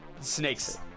Snakes